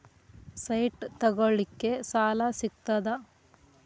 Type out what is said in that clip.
Site ತಗೋಳಿಕ್ಕೆ ಸಾಲಾ ಸಿಗ್ತದಾ?